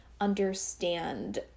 understand